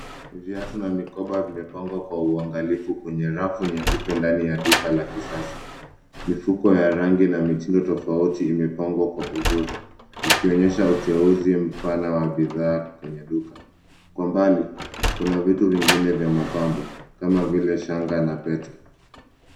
Viatu na mikoba vimepangwa kwa uangalifu kwenye rafu nyeupe ndani ya duka la kisasa. Mifuko ya rangi na mitindo tofauti imepangwa kwa uzuri ikionyesha uteuzi mpana wa bidhaa kwenye duka. Kwa mbali, kuna vitu vingine vya mapambo kama vile shanga na pete.